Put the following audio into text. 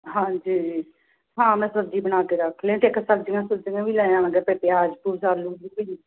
ਹਾਂਜੀ ਹਾਂ ਮੈਂ ਸਬਜ਼ੀ ਬਣਾ ਕੇ ਰੱਖ ਲਈ ਅਤੇ ਇੱਕ ਸਬਜ਼ੀਆਂ ਸੁਬਜ਼ੀਆਂ ਵੀ ਲੈ ਆਵਾਂਗੇ ਫਿਰ ਪਿਆਜ਼ ਪਿਉਜ ਆਲੂ ਉਲੂ ਵੀ